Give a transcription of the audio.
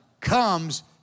comes